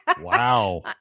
Wow